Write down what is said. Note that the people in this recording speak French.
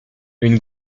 une